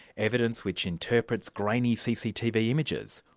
evidence which interprets grainy cctv images,